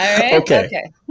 okay